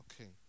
Okay